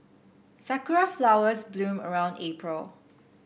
Sakura flowers bloom around April